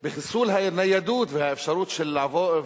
בחיסול הניידות והאפשרות לבוא,